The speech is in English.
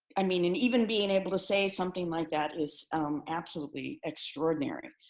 i mean, and even being able to say something like that is absolutely extraordinary.